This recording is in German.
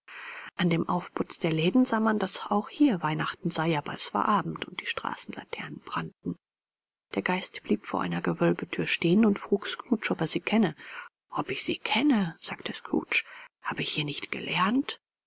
an dem aufputz der läden sah man daß auch hier weihnachten sei aber es war abend und die straßenlaternen brannten der geist blieb vor einer gewölbethür stehen und frug scrooge ob er sie kenne ob ich sie kenne sagte scrooge hab ich hier nicht gelernt